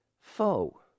foe